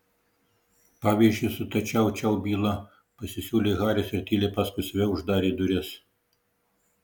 pavyzdžiui su ta čiau čiau byla pasisiūlė haris ir tyliai paskui save uždarė duris